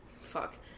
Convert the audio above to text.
fuck